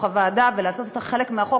הדיון בוועדה ולעשות אותה חלק מהחוק,